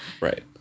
right